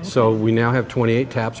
so we now have twenty eight taps a